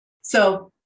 So-